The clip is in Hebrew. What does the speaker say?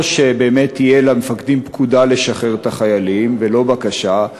או שבאמת תהיה פקודה למפקדים לשחרר את החיילים ולא בקשה,